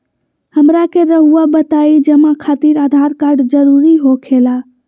हमरा के रहुआ बताएं जमा खातिर आधार कार्ड जरूरी हो खेला?